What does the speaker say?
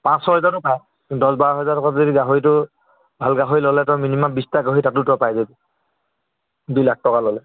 পাঁচ ছয় হেজাৰত পায় দহ বাৰ হেজাৰত যদি গাহৰিটো ভাল গাহৰি ল'লে তই মিনিমাম বিছটা গাহৰি তাতো তই পাই যাবি দুই লাখ টকা ল'লে